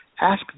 ask